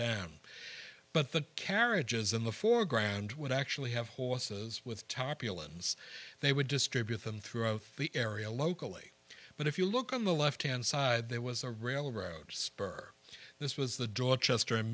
down but the carriages in the foreground would actually have horses with top ilands they would distribute them throughout the area locally but if you look on the left hand side there was a railroad spur this was the drop chester